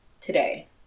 today